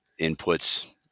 inputs